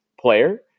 player